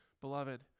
Beloved